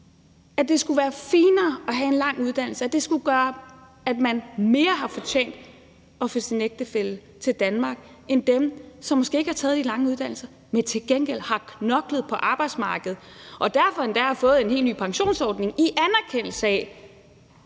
at det skulle være finere at have en lang uddannelse, og at det skulle gøre, at man mere har fortjent at få sin ægtefælle til Danmark end dem, som måske ikke har taget de lange uddannelser, men til gengæld har knoklet på arbejdsmarkedet – og som derfor endda har fået en helt ny pensionsordning, i anerkendelse af